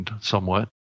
somewhat